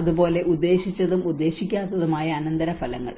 അതുപോലെ ഉദ്ദേശിച്ചതും ഉദ്ദേശിക്കാത്തതുമായ അനന്തരഫലങ്ങൾ